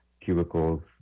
cubicles